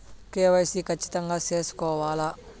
KYC ఖచ్చితంగా సేసుకోవాలా